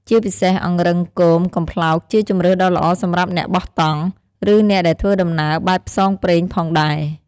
ជាពិសេសអង្រឹងគមកំប្លោកជាជម្រើសដ៏ល្អសម្រាប់អ្នកបោះតង់ ឬអ្នកដែលធ្វើដំណើរបែបផ្សងព្រេងផងដែរ។